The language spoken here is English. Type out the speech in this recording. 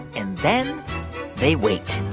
and then they wait